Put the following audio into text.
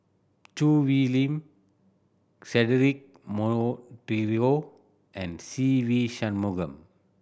Choo Hwee Lim Cedric Monteiro and Se Ve Shanmugam